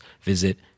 visit